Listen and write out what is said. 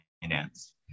finance